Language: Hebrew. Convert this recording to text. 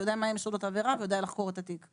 מהם יסודות העבירה ויודע לחקור את התיק.